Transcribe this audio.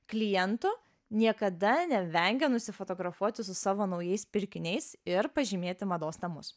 klientų niekada nevengia nusifotografuoti su savo naujais pirkiniais ir pažymėti mados namus